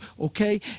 okay